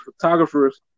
photographers